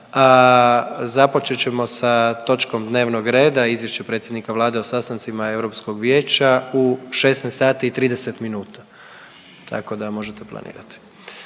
a započet ćemo sa točkom dnevnog reda Izvješće predsjednika Vlade o sastancima Europskog Vijeća u 16 sati i 30 minuta, tako da možete planirati.